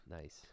Nice